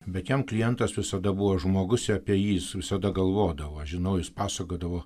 bet jam klientas visada buvo žmogus ir apie jį jis visada galvodavo žinau jis pasakodavo